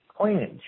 coinage